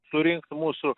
surinkt mūsų